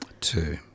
Two